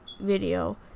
video